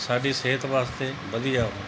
ਸਾਡੀ ਸਿਹਤ ਵਾਸਤੇ ਵਧੀਆ ਓਹ